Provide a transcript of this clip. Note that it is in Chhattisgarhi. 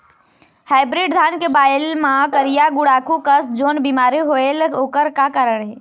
हाइब्रिड धान के बायेल मां करिया गुड़ाखू कस जोन बीमारी होएल ओकर का कारण हे?